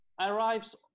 arrives